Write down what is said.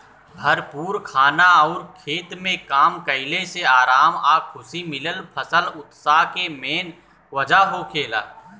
भरपूर खाना अउर खेत में काम कईला से आराम आ खुशी मिलेला फसल उत्सव के मेन वजह होखेला